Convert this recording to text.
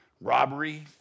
Robbery